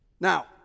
Now